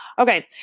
Okay